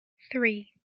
three